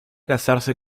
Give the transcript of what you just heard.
casarse